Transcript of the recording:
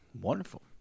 Wonderful